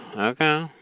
okay